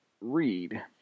read